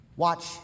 Watch